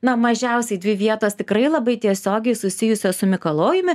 na mažiausiai dvi vietos tikrai labai tiesiogiai susijusios su mikalojumi